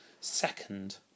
second